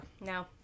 No